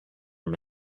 him